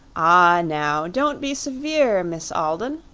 ah, now, don't be severe, miss alden,